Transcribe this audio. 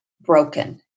broken